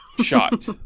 Shot